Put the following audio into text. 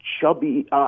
Chubby